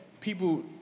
people